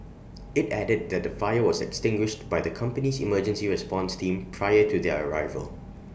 IT added that the fire was extinguished by the company's emergency response team prior to their arrival